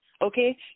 okay